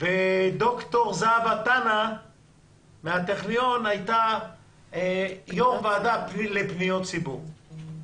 וד"ר זהבה טנא מהטכניון הייתה יו"ר ועדה לפניות ציבור.